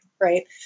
right